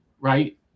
right